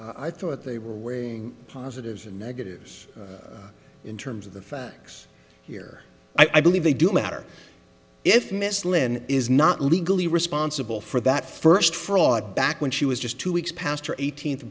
matter i thought they were wearing positives and negatives in terms of the facts here i believe they do matter if miss lynn is not legally responsible for that first fraud back when she was just two weeks past her eighteenth